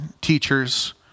teachers